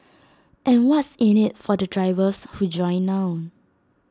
and what's in IT for the drivers who join now